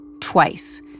twice